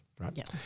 right